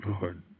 Lord